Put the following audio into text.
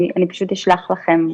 אני פשוט אשלח לכם אחרי.